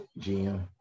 GM